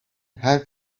her